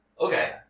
Okay